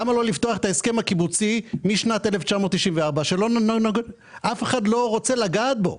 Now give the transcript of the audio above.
למה לא לפתוח את ההסכם הקיבוצי משנת 1994 שאף אחד לא רוצה לגעת בו?